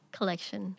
collection